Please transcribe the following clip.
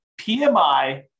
PMI